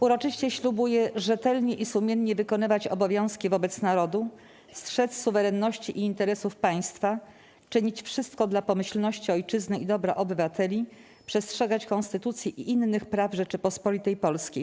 Uroczyście ślubuję rzetelnie i sumiennie wykonywać obowiązki wobec Narodu, strzec suwerenności i interesów Państwa, czynić wszystko dla pomyślności Ojczyzny i dobra obywateli, przestrzegać Konstytucji i innych praw Rzeczypospolitej Polskiej˝